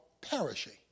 perishing